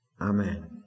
Amen